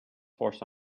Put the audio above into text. force